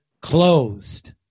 closed